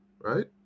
right